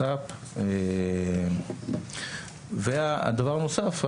והדבר הנוסף,